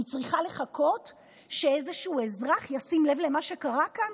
אני צריכה לחכות שאיזה אזרח ישים לב למה שקרה כאן,